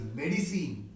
medicine